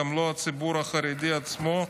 גם לא הציבור החרדי עצמו,